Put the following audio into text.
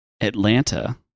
Atlanta